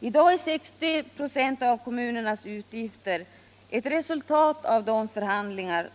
I dag är 60 96 av kommunernas utgifter resultat av förhandlingar.